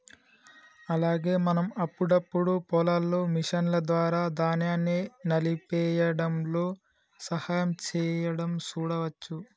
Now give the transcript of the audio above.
అలాగే మనం అప్పుడప్పుడు పొలాల్లో మిషన్ల ద్వారా ధాన్యాన్ని నలిపేయ్యడంలో సహాయం సేయడం సూడవచ్చు